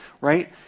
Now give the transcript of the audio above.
right